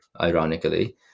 ironically